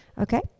Okay